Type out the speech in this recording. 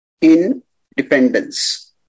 independence